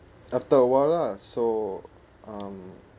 after a while lah so um